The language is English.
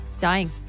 Dying